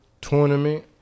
tournament